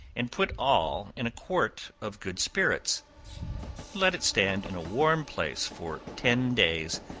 and put all in a quart of good spirits let it stand in a warm place for ten days,